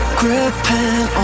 gripping